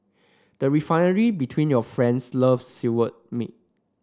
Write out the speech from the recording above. the Refinery between your friends love skewered meat